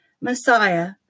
Messiah